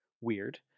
weird